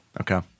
Okay